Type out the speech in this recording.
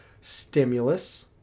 Stimulus